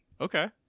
Okay